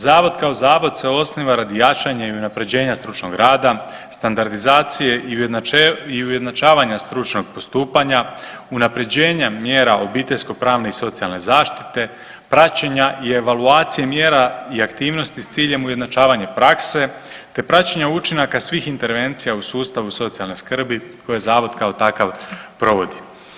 Zavod kao zavod se osniva radi jačanja i unapređenja stručnog rada, standardizacije i ujednačavanja stručnog postupanja, unapređenja mjera obiteljsko pravne i socijalne zaštite, praćenja i evaluacije mjera i aktivnosti s ciljem ujednačavanja prakse te praćenje učinaka svih intervencija u sustavu socijalne skrbi koje zavod kao takav provodi.